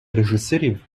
режисерів